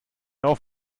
auf